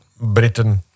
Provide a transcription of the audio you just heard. Britain